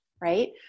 right